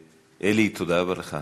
אלי, תודה רבה לך.